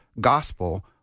gospel